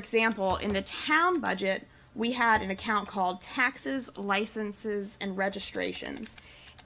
example in the town budget we had an account called taxes licenses and registration